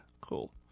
cool